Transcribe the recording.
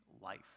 life